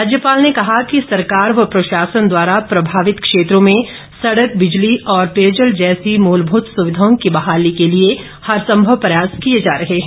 राज्यपाल ने कहा कि सरकार व प्रशासन द्वारा प्रभावित क्षेत्रों में सड़क बिजली और पेयजल जैसी मूलभूत सुविधाओं की बहाली के लिए हर संभव प्रयास किए जा रहे हैं